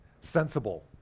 sensible